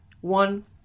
One